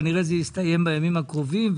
כנראה זה יסתיים בימים הקרובים.